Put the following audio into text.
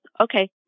Okay